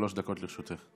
שלוש דקות לרשותך.